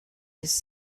his